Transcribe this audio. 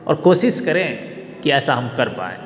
और कोशिश करें कि ऐसा हम कर पाएँ